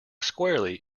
squarely